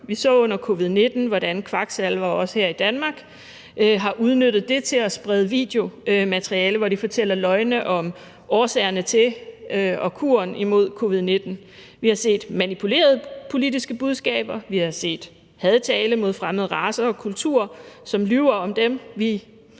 Vi har under covid-19-epidemien set, hvordan kvaksalvere også her i Danmark har udnyttet det til at sprede videomateriale, hvor de fortæller løgne om årsagerne til og kuren imod covid-19. Vi har set manipulerede politiske budskaber; vi har set hadtale mod fremmede racer og kulturer, og at der